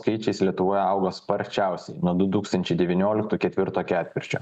skaičiais lietuvoje augo sparčiausiai nuo du tūkstančiai devynioliktų ketvirto ketvirčio